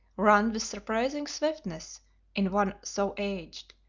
run with surprising swiftness in one so aged,